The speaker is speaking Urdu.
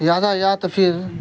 یاتایات پھر